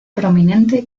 prominente